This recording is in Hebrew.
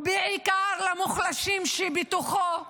ובעיקר למוחלשים שבתוכו.